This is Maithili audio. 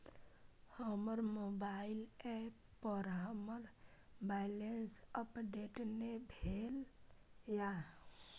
हमर मोबाइल ऐप पर हमर बैलेंस अपडेट ने भेल या